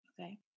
Okay